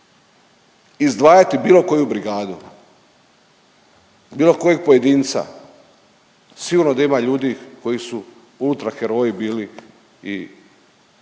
izdvajati bilo koju brigadu, bilo kojeg pojedinca. Sigurno da ima ljudi koji su ultra heroji bili i